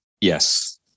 Yes